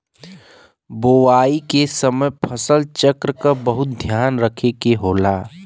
बोवाई के समय फसल चक्र क बहुत ध्यान रखे के होला